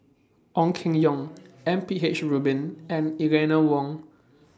Ong Keng Yong M P H Rubin and Eleanor Wong